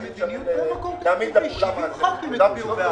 70 ח"כים.